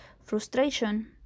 frustration